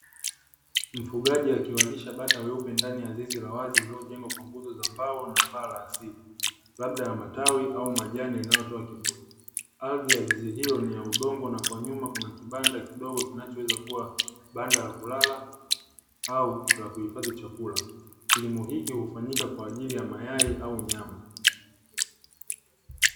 Mfugaji akiwalisha bata weupe ndani ya zizi la wazi lililojengwa kwa nguzo za mbao na paa la asidi, labda ya matawi au majani linalotoa kivuli ardhi ya zizi hiyo ni ya udongo. Na kwa nyuma kuna kibanda kidogo kinachoweza kuwa banda la kulala au la kuhifadhi chakula kilimo hiki hufanyika kwa ajili ya mayai au nyama.